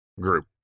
group